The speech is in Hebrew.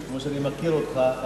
כמו שאני מכיר אותך,